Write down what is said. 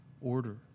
order